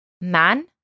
Man